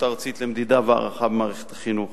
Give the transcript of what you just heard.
הארצית למדידה והערכה במערכת החינוך